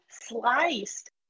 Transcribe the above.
sliced